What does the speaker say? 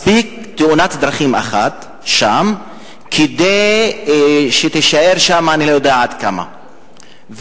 מספיק תאונת דרכים אחת שם כדי שתישאר שם אני לא יודע עד כמה זמן.